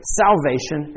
salvation